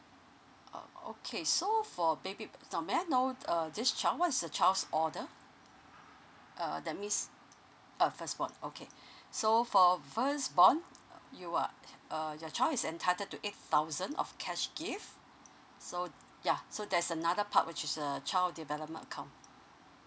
oh okay so for baby so may I know err this child what's the child's order uh that means uh first born okay so for first born you are uh your child is entitled to eight thousand of cash gift so yeah so that's another part which is err child development account